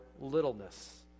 littleness